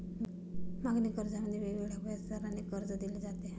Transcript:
मागणी कर्जामध्ये वेगवेगळ्या व्याजदराने कर्ज दिले जाते